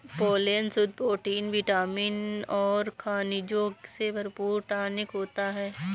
pollen शुद्ध protein vitamin और खनिजों से भरपूर टॉनिक होता है